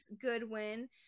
Goodwin